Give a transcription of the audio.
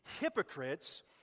hypocrites